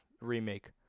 remake